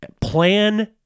Plan